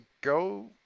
go